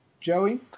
Joey